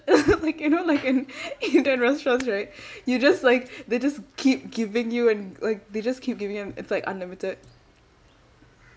like you know like in indian restaurants right you just like they just keep giving you and like they just keep giving you it's like unlimited